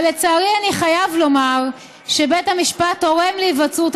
אבל לצערי אני חייב לומר שבית המשפט תורם להיווצרות